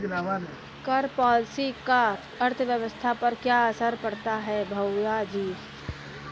कर पॉलिसी का अर्थव्यवस्था पर क्या असर पड़ता है, भैयाजी?